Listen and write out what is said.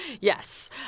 Yes